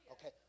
okay